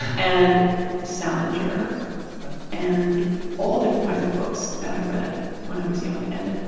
and salinger and all different kinds of books that i read when i was young. and.